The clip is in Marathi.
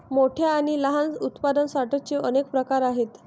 मोठ्या आणि लहान उत्पादन सॉर्टर्सचे अनेक प्रकार आहेत